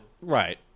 right